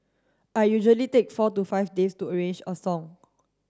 I usually take four to five days to arrange a song